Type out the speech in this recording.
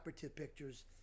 pictures